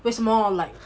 为什么 like